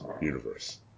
universe